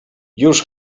już